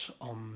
on